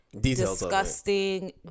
Disgusting